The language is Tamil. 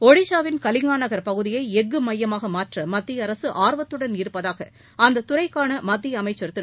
ஒடிசாவின் கலிங்கா நகர் பகுதியை எஃகு மையமாக மாற்ற மத்திய அரசு ஆர்வத்துடன் இருப்பதாக அந்தத் துறைக்கான மத்திய அமைச்சர் திரு